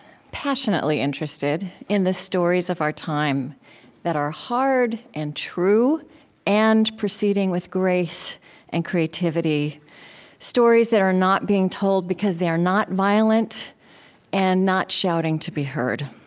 passionately interested, in the stories of our time that are hard and true and proceeding with grace and creativity stories that are not being told, because they are not violent and not shouting to be heard.